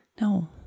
No